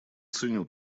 ценю